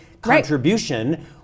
contribution